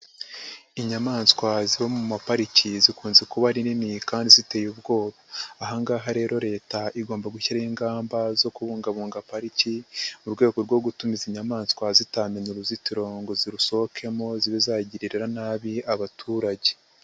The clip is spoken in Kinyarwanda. Inyamaswa ziba mu mapariki zikunze kuba ari nnini kandi ziteye ubwoba, ahavngaha rero leta igomba gushyiraho ingamba zo kubungabunga pariki mu rwego rwo gutuma izi inyamaswa zitamenya uruzitiro ngo zirusohokemo zizagirira nabi abaturage.